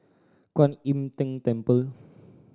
Kwan Im Tng Temple